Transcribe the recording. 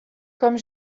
comme